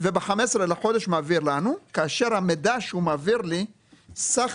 וב-15 לחודש הוא מעביר לנו כאשר המידע שהוא מעביר לי זה סך